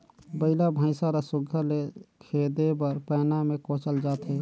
बइला भइसा ल सुग्घर ले खेदे बर पैना मे कोचल जाथे